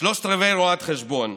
שלושת רבעי רואת חשבון.